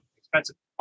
expensive